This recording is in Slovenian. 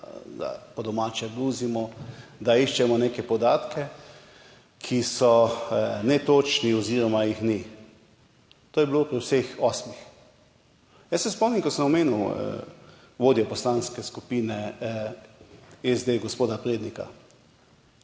po domače bluzimo, da iščemo neke podatke, ki so netočni oziroma jih ni. To je bilo pri vseh osmih. Jaz se spomnim, ko sem omenil vodjo Poslanske skupine SD, gospoda Prednika.